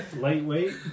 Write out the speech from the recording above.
Lightweight